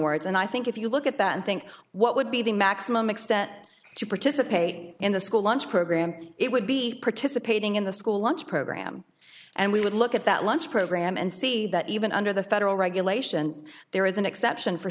words and i think if you look at that think what would be the maximum extent to participate in the school lunch program it would be participating in the school lunch program and we would look at that lunch program and see that even under the federal regulations there is an exception for